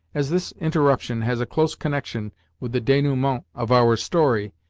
as this interruption has a close connection with the denouement of our story,